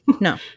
no